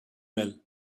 well